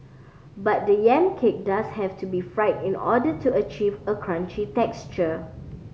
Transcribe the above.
but the yam cake does have to be fried in order to achieve a crunchy texture